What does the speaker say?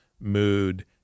mood